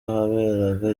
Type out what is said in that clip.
ahaberaga